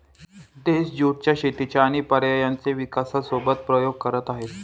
देश ज्युट च्या शेतीचे आणि पर्यायांचे विकासासोबत प्रयोग करत आहे